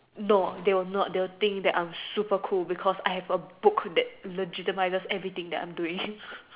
no they will not they think I'm super cool because I have a book that legitimizes every thing that I'm doing